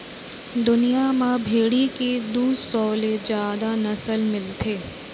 दुनिया म भेड़ी के दू सौ ले जादा नसल मिलथे